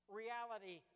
reality